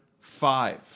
five